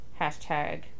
Hashtag